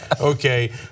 okay